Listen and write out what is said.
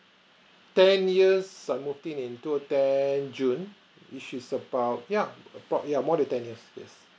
ten years I moved in into ten june which is about yeah about yeah more than ten years